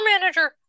manager